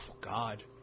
God